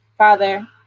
Father